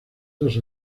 dos